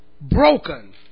broken